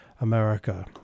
America